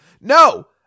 No